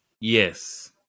Yes